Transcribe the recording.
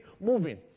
moving